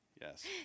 Yes